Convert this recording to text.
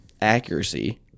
accuracy